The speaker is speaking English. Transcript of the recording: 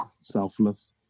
selfless